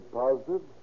positive